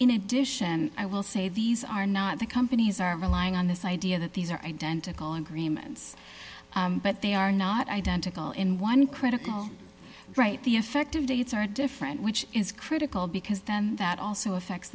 in addition i will say these are not the companies are relying on this idea that these are identical agreements but they are not identical in one critical right the effective dates are different which is critical because then that also affects